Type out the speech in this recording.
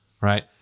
right